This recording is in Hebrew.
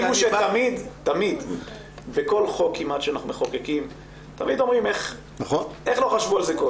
תמיד בכל חוק כמעט שאנחנו מחוקקים אומרים: איך לא חשבו על זה קודם?